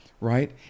right